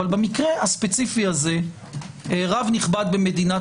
אבל במקרה הספציפי הזה רב נכבד במדינת